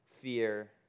fear